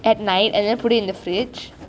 at night and then put it in the fridge